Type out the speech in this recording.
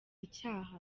icyaha